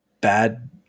Bad